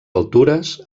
altures